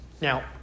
Now